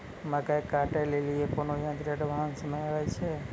मकई कांटे ले ली कोनो यंत्र एडवांस मे अल छ?